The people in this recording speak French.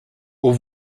aux